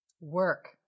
work